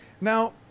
Now